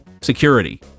Security